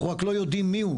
אנחנו רק לא יודעים מיהו,